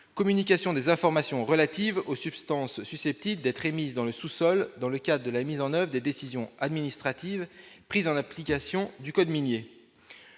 communication des informations relatives aux substances susceptibles d'être émises dans le sous-sol dans le cas de la mise en 9 des décisions administratives prises en application du code minier,